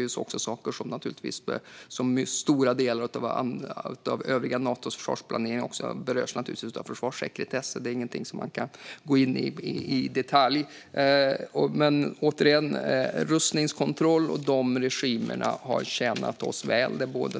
Dessutom berörs det naturligtvis av försvarssekretess, precis som stora delar av Natos övriga försvarsplanering. Det är ingenting man kan gå in på i detalj, men rustningskontroll och andra regimer har tjänat oss väl. Det gäller både